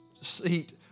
seat